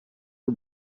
più